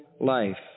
life